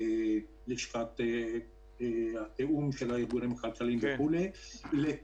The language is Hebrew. לשכת התיאום של הארגונים הכלכליים וכן הלאה,